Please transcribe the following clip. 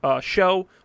Show